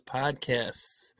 podcasts